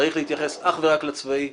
צריך להתייחס אך ורק לנושא הצבאי,